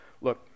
look